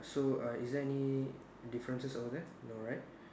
so err is there any differences over there no right